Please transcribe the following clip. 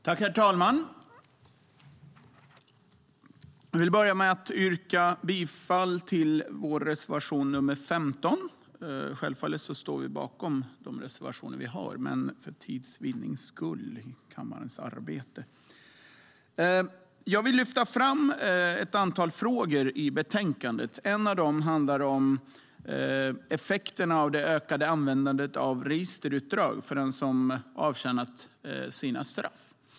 Herr talman! Jag börjar med att yrka bifall till vår reservation 15. Självfallet står vi bakom även alla våra övriga reservationer, men för tids vinnande yrkar jag inte bifall till dem. Jag vill lyfta fram ett antal frågor som tas upp i betänkandet. En av dem handlar om effekterna av det ökade användandet av registerutdrag som gäller dem som har avtjänat sina straff.